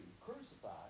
crucified